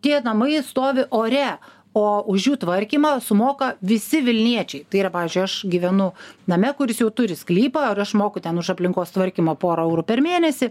tie namai stovi ore o už jų tvarkymą sumoka visi vilniečiai tai yra pavyzdžiui aš gyvenu name kuris jau turi sklypą ar aš moku ten už aplinkos tvarkymo pora eurų per mėnesį